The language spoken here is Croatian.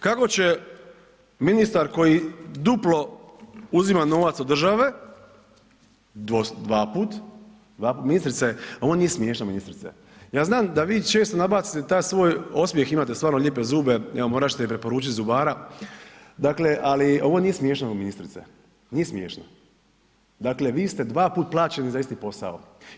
Kako će ministar koji duplo uzima novac od države, dva puta, ministrice, ovo nije smiješno ministrice, ja znam da vi često nabacite taj svoj osmijeh, imate stvarno lijepe zube, evo morat ćete mi preporučiti zubara, dakle ali ovo nije smiješno ministrice, nije smiješno, dakle vi ste dva puta plaćeni za isti posao.